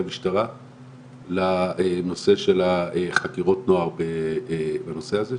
המשטרה לנושא של החקירות נוער בנושא הזה,